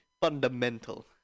fundamental